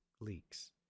leaks